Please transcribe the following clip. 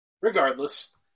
Regardless